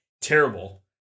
terrible